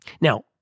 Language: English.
Now